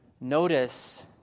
notice